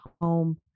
home